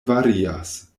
varias